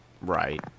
Right